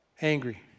Angry